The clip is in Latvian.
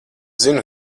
zinu